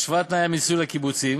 השוואת תנאי המיסוי לקיבוצים,